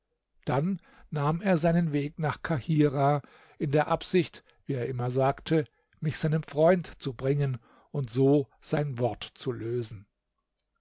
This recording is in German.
dann nahm er seinen weg nach kahirah in der absicht wie er immer sagte mich seinem freund zu bringen und so sein wort zu lösen